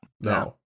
No